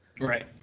Right